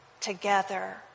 together